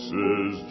Says